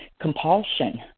compulsion